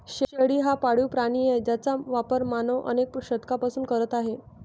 शेळी हा पाळीव प्राणी आहे ज्याचा वापर मानव अनेक शतकांपासून करत आहे